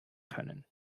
können